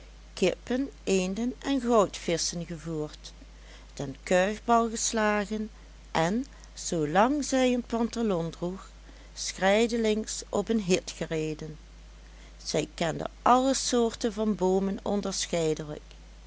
kippen eenden en goudvisschen gevoerd den kuifbal geslagen en zoolang zij een pantalon droeg schrijdelings op een hit gereden zij kende alle soorten van boomen